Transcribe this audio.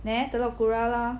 nah Telok Kurau lor